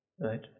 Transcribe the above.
Right